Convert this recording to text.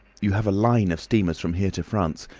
you have a line of steamers from here to france.